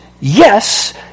yes